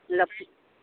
ꯂꯐꯨ